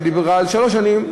שדיברה על שלוש שנים,